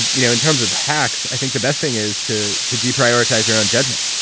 you know in terms of hacks, i think the best thing is to to deprioritize your own judgment,